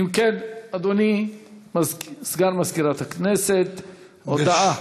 אם כן, אדוני סגן מזכירת הכנסת, הודעה.